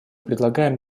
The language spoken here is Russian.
предлагаем